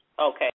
Okay